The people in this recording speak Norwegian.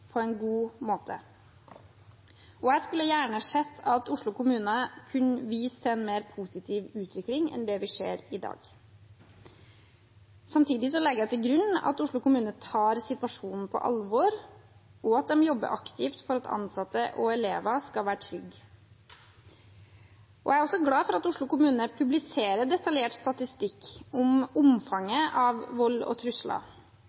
på en god måte. Jeg skulle gjerne sett at Oslo kommune kunne vist til en mer positiv utvikling enn det vi ser i dag. Samtidig legger jeg til grunn at Oslo kommune tar situasjonen på alvor, og at de jobber aktivt for at ansatte og elever skal være trygge. Jeg er også glad for at Oslo kommune publiserer detaljert statistikk over omfanget av vold og trusler,